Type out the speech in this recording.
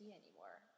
anymore